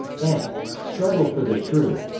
and struggle for the truth.